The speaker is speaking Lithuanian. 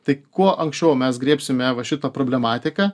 tai kuo anksčiau mes griebsime va šitą problematiką